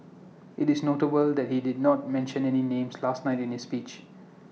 IT is notable that he did not mention any names last night in his speech